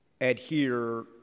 adhere